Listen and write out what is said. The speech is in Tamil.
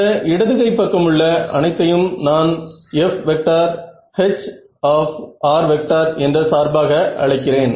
இந்த இடது கை பக்கம் உள்ள அனைத்தையும் நான் FH என்ற சார்பாக அழைக்கிறேன்